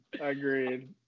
Agreed